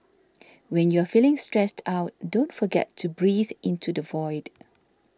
when you are feeling stressed out don't forget to breathe into the void